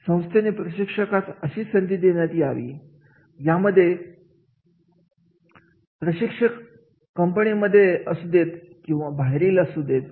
संस्थेने प्रशिक्षकास अशी संधी देण्यात यावी यामध्ये मते प्रशिक्षक कंपनीमध्ये असुदेत किंवा बाहेरील असू देत